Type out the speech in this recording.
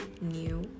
new